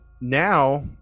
now